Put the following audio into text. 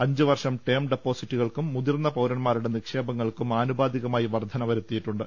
അഞ്ച് വർഷ ടേം ഡെപ്പോസിറ്റുകൾക്കും മുതിർന്ന പൌരൻമാരുടെ നിക്ഷേപങ്ങൾക്കും ആനുപാതികമായി വർധന വരു ത്തിയിട്ടുണ്ട്